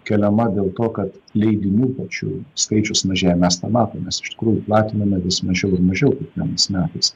keliama dėl to kad leidinių pačių skaičius mažėja mes tą matom mes iš tikrųjų platiname vis mažiau ir mažiau kiekvienais metais